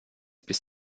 bis